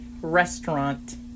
restaurant